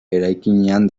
eraikinean